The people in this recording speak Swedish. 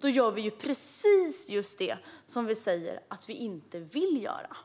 Då gör vi ju precis det som vi säger att vi inte vill göra.